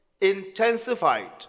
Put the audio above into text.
intensified